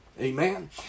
Amen